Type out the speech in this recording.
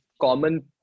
common